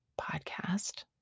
podcast